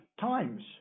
times